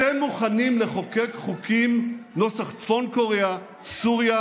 אתם מוכנים לחוקק חוקים נוסח צפון קוריאה, סוריה